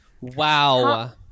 Wow